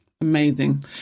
Amazing